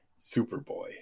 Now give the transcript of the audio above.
Superboy